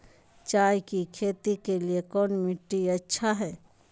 चाय की खेती के लिए कौन मिट्टी अच्छा हाय?